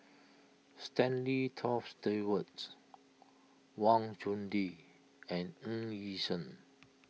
Stanley Toft Stewart's Wang Chunde and Ng Yi Sheng